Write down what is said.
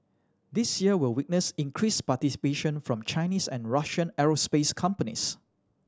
this year will witness increased participation from Chinese and Russian aerospace companies